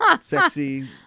Sexy